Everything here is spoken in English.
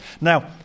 Now